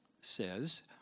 says